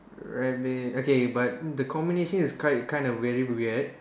rabbit okay but the combination is kind kind of very weird